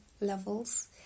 levels